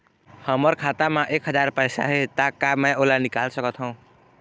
हमर खाता मा एक हजार पैसा हे ता का मैं ओला निकाल सकथव?